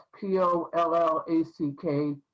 P-O-L-L-A-C-K